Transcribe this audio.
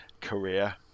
career